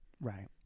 Right